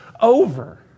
over